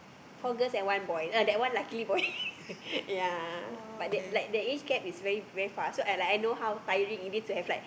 four girls and one boy uh that one luckily boy ya but they like there is cat is very very fast so I like I know how tiring it is to have like